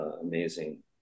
amazing